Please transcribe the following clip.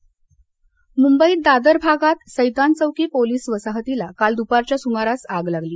आग मुंबईत दादर भागात सैतान चौकी पोलीस वसाहतीला काल दुपारच्या सुमारास आग लागली